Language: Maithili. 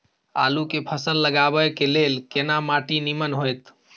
आलू के फसल लगाबय के लेल केना माटी नीमन होयत?